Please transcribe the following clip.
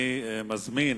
אני מזמין